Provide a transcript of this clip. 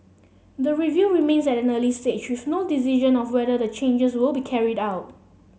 the review remains at an early stage with no decision on whether the changes will be carried out